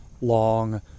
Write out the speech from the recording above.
long